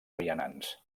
vianants